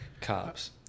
cops